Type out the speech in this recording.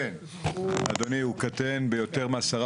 נגיד בנק ישראל פרופ’ אמיר ירון: אדוני הוא קטן ביותר מ-10%.